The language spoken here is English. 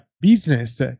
business